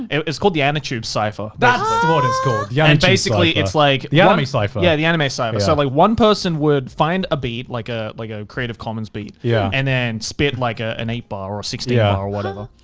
it's called the anitube cypher that's what it's called. yeah and basically it's like the anime cypher. yeah, the anime cypher. so like one person would find a beat, like ah like a creative commons beat, yeah and then spit like ah an eight bar or a sixteen bar yeah or whatever.